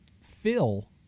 fill